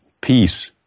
peace